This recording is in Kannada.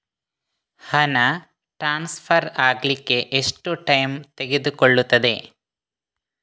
ಹಣ ಟ್ರಾನ್ಸ್ಫರ್ ಅಗ್ಲಿಕ್ಕೆ ಎಷ್ಟು ಟೈಮ್ ತೆಗೆದುಕೊಳ್ಳುತ್ತದೆ?